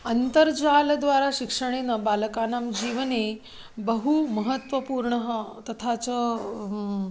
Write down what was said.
अन्तर्जालद्वारा शिक्षणेन बालकानां जीवने बहु महत्वपूर्णः तथा च